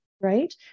right